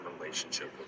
relationship